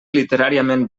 literàriament